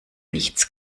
nichts